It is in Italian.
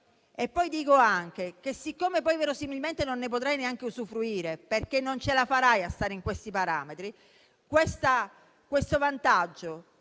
e poi aggiungo che, siccome verosimilmente non ne potrai neanche usufruire, perché non ce la farai a stare in questi parametri, questo vantaggio,